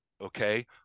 okay